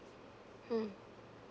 mm